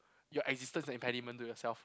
your existence an impediment to yourself